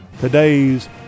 today's